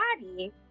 body